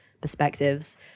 perspectives